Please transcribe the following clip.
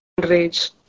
rage